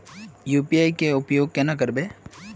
UPI के उपयोग केना करबे?